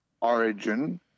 origin